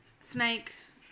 snakes